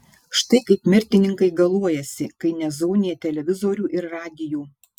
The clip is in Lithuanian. štai kaip mirtininkai galuojasi kai nezaunija televizorių ir radijų